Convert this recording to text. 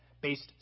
based